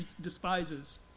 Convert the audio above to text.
despises